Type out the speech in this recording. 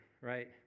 right